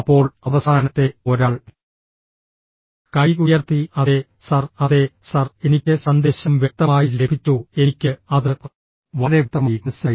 അപ്പോൾ അവസാനത്തെ ഒരാൾ കൈ ഉയർത്തി അതെ സർ അതെ സർ എനിക്ക് സന്ദേശം വ്യക്തമായി ലഭിച്ചു എനിക്ക് അത് വളരെ വ്യക്തമായി മനസ്സിലായി